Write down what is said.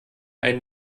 einen